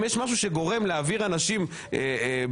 אם יש משהו שגורם להעביר אנשים בעד,